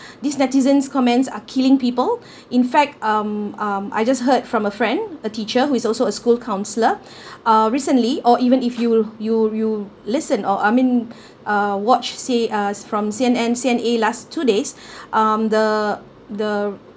these netizens' comments are killing people in fact um um I just heard from a friend a teacher who is also a school counsellor uh recently or even if you you you listen or I mean uh watch say uh from C_N_N C_N_A last two days um the the